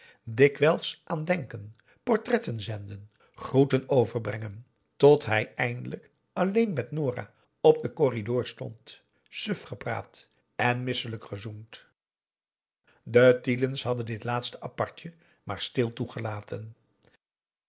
dikwijls aan denken portretten zenden groeten overbrengen tot hij eindelijk alleen met nora op den corridor stond suf gepraat en misselijk gezoend de tiele's hadden dit laatste apartje maar stil toegelaten